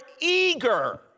eager